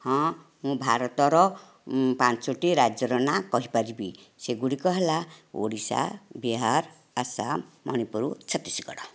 ହଁ ମୁଁ ଭାରତର ପାଞ୍ଚୋଟି ରାଜ୍ୟର ନାଁ କହିପାରିବି ସେଗୁଡ଼ିକ ହେଲା ଓଡ଼ିଶା ବିହାର ଆସାମ ମଣିପୁର ଛତିଶଗଡ଼